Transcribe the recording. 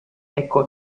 ecco